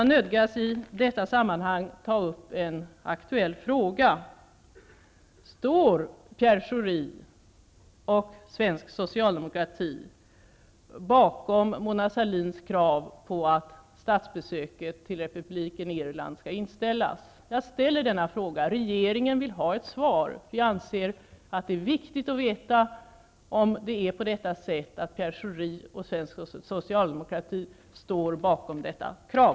Jag nödgas att i detta sammanhang ta upp en aktuell fråga. Står Irland skall inställas? Regeringen vill ha ett svar. Vi anser att det är viktigt att få veta om Pierre Schori och svensk sociademokrati står bakom detta krav.